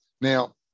now